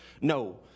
No